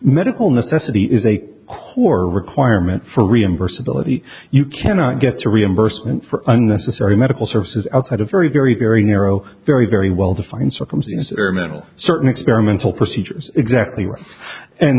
medical necessity is a core requirement for reimburse ability you cannot get to reimbursement for unnecessary medical services outside a very very very narrow very very well defined circumstance or mental certain experimental procedures exactly